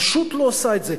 פשוט לא עושה את זה.